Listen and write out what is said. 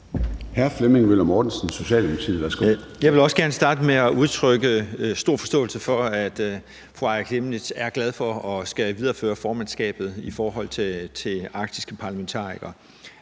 Jeg vil også gerne starte med at udtrykke stor forståelse for, at fru Aaja Chemnitz er glad for at skulle videreføre formandskabet i forhold til arktiske parlamentarikere.